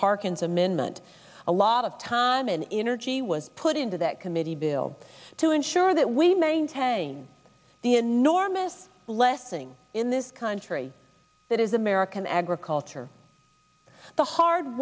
harkin's amendment a lot of time and energy was put into that committee bill to ensure that we maintain the enormous blessing in this country that is american agriculture the hard